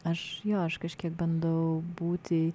aš jo aš kažkiek bandau būti